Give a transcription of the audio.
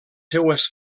seues